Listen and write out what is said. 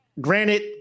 granted